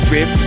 Rip